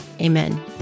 Amen